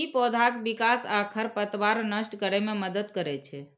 ई पौधाक विकास आ खरपतवार नष्ट करै मे मदति करै छै